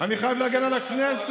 אני חייב להגן על הכנסת.